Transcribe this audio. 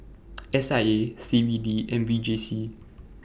S I A C B D and V J C